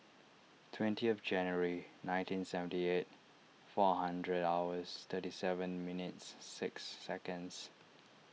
twentieth January nineteen seventy eight four hundred hours thirty seven minutes six seconds